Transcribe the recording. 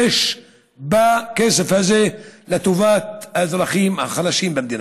בכסף הזה לטובת האזרחים החלשים במדינה.